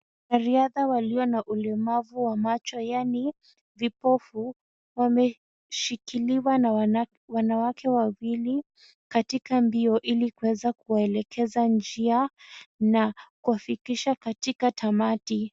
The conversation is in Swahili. Wanariadha walio na ulemavu wa macho yaani, vipofu wameshikiliwa na wanawake wawili katika mbio ilikuweza kuwaelekeza njia na kuwafikisha katika tamati.